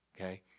Okay